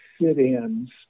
sit-ins